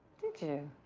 did you?